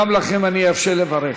גם לכם אני אאפשר לברך,